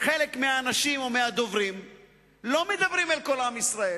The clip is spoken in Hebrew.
חלק מהאנשים או מהדוברים לא מדברים אל כל עם ישראל.